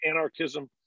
anarchism